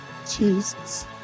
Jesus